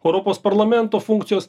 europos parlamento funkcijos